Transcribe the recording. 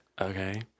okay